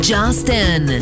Justin